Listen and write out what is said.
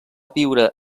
viure